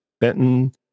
Benton